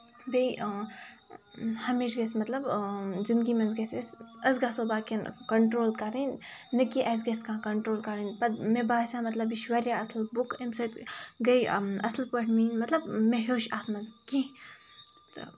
بیٚیہِ ہمیشہٕ گژھِ مطلب زندگی منٛز گژھ آسہِ أسۍ گژھو باقین کَنٹرول کَرٕنۍ نہ کہِ اَسہِ گژھِ کانہہ کَنٹرول کَرٕنۍ پتہٕ مےٚ باسیٚو مطلب یہِ چھُ واریاہ بُک اَمہِ سۭتۍ گٔے اَصٕل پٲٹھۍ میٲنۍ مطلب مےٚ ہیٚوچھ اَتھ منٛز کیٚنٛہہ